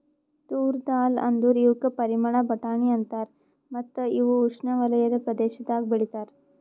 ತೂರ್ ದಾಲ್ ಅಂದುರ್ ಇವುಕ್ ಪಾರಿವಾಳ ಬಟಾಣಿ ಅಂತಾರ ಮತ್ತ ಇವು ಉಷ್ಣೆವಲಯದ ಪ್ರದೇಶದಾಗ್ ಬೆ ಳಿತಾರ್